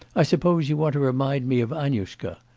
i suppose you want to remind me of annushka.